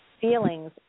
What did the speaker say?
feelings